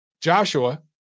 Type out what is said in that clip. Joshua